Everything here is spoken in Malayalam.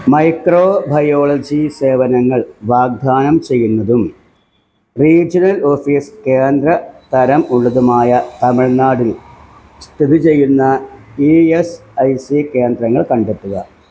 മൈക്രോബയോളജി സേവനങ്ങൾ വാഗ്ദാനം ചെയ്യുന്നതും റീജിയണൽ ഓഫീസ് കേന്ദ്ര തരം ഉള്ളതുമായ തമിഴ്നാടിൽ സ്ഥിതി ചെയ്യുന്ന ഇ എസ് ഐ സി കേന്ദ്രങ്ങൾ കണ്ടെത്തുക